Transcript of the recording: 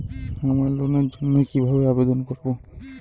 আমি লোনের জন্য কিভাবে আবেদন করব?